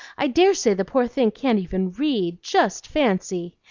i dare say the poor thing can't even read just fancy!